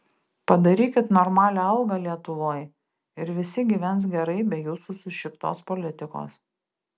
padarykit normalią algą lietuvoj ir visi gyvens gerai be jūsų sušiktos politikos